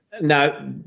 now